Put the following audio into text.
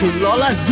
Lola